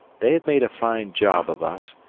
they have made a fine job of us,